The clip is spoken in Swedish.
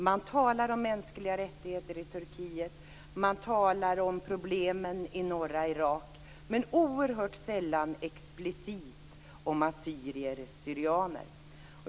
Man talar om mänskliga rättigheter i Turkiet, man talar om problemen i norra Irak, men oerhört sällan talar man explicit om assyrier och syrianer.